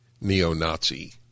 neo-Nazi